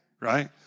right